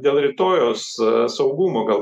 dėl rytojaus saugumo gal